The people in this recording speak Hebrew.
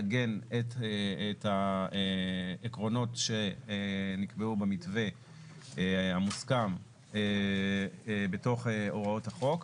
לעגן את העקרונות שנקבעו במתווה המוסכם בתוך הוראות החוק.